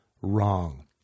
wrong